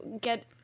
get